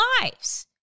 lives